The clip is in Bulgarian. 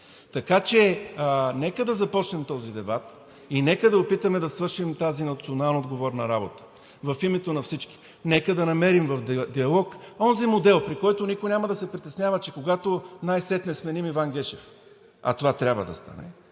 Така че нека да започнем този дебат и нека да опитаме да свършим тази национално отговорна работа в името на всички. Нека да намерим диалог – онзи модел, при който никой няма да се притеснява, че когато най-сетне сменим Иван Гешев, а това трябва да стане,